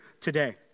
today